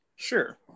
Sure